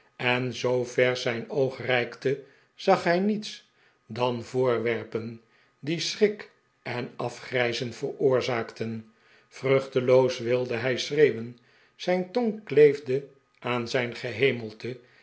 en zoo ver zijn oog reikte zag hij niets dan voorwerpen die schrik en afgrijzen veroorzaakten vruchteloos wilde hij schreeuwen zijn tong kleefde aan zijn gehemelte